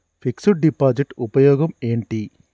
Fix డ్ deposit ఉపయోగం ఏంటి?